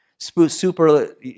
super